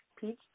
peach